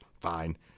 Fine